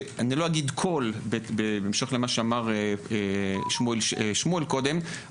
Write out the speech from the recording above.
בהמשך למה ששמואל אמר קודם,